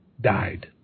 Died